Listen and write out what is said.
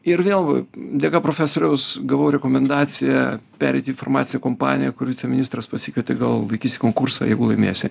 ir vėl dėka profesoriaus gavau rekomendaciją pereit į farmaciją kompaniją kur viceministras pasikvietė gal laikysi konkursą jeigu laimėsi